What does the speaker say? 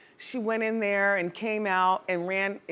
she went in there and came out and ran,